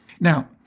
Now